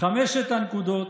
חמש הנקודות: